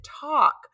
talk